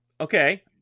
Okay